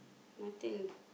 nothing